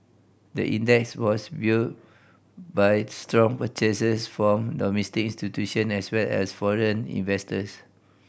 the index was by strong purchases from domestic institution as well as foreign investors